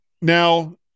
Now